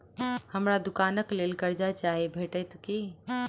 हमरा दुकानक लेल कर्जा चाहि भेटइत की?